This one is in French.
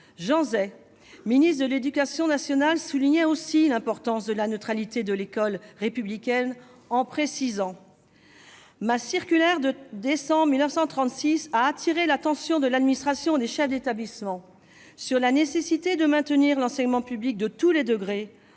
Jean Zay, ministre de l'éducation nationale, soulignait à son tour l'importance de la neutralité de l'école républicaine, en précisant :« Ma circulaire du 31 décembre 1936 a attiré l'attention de l'administration et des chefs d'établissement sur la nécessité de maintenir l'enseignement public de tous les degrés